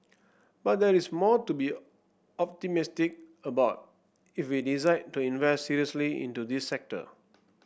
but there is more to be optimistic about if we decide to invest seriously into this sector